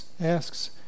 asks